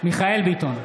מיכאל מרדכי ביטון,